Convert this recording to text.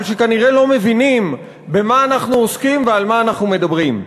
אבל שכנראה לא מבינים במה אנחנו עוסקים ועל מה אנחנו מדברים.